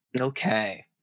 okay